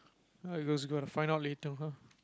I was gonna find out later !Huh!